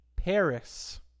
Paris